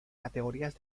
categorías